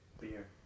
beer